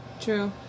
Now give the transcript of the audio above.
True